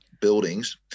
buildings